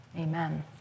amen